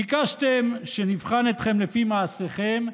ביקשתם שנבחן אתכם לפי מעשיכם,